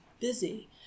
busy